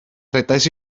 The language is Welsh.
rhedais